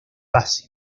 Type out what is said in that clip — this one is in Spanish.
pase